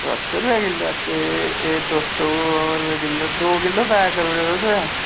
चलो दौ सौ रपेऽ किलो ऐ तुस दौ किलो पैक करी ओड़ेओ